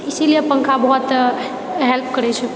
इसीलिये पङ्खा बहुत हेल्प करैत छै